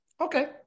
okay